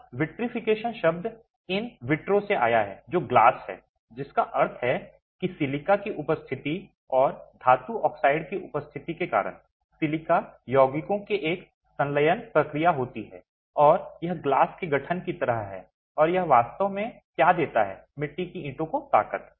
अब विट्रीफिकेशन शब्द in vitro से आया है जो ग्लास है जिसका अर्थ है कि सिलिका की उपस्थिति और धातु ऑक्साइड की उपस्थिति के कारण सिलिका यौगिकों की एक संलयन प्रक्रिया होती है और यह ग्लास के गठन की तरह है और यह वास्तव में क्या देता है मिट्टी की ईंटों को ताकत